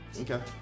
Okay